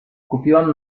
kupiłam